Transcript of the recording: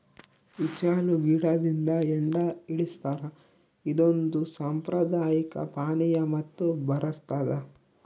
ಈಚಲು ಗಿಡದಿಂದ ಹೆಂಡ ಇಳಿಸ್ತಾರ ಇದೊಂದು ಸಾಂಪ್ರದಾಯಿಕ ಪಾನೀಯ ಮತ್ತು ಬರಸ್ತಾದ